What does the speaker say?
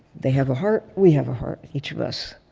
they have a heart, we have a heart, each of us.